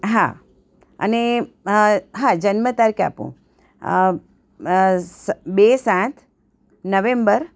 હા અને હા જન્મ તારીખ આપુ બે સાત નવેમ્બર